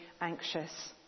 anxious